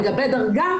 לגבי דרגה,